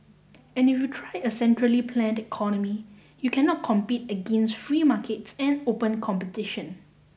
and if you try a centrally planned economy you cannot compete against free markets and open competition